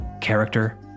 Character